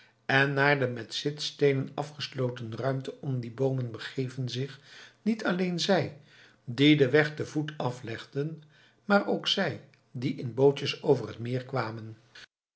en naar de met zitsteenen afgesloten ruimte om die boomen begeven zich niet alleen zij die den weg te voet aflegden maar ook zij die in bootjes over het meer kwamen